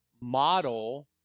model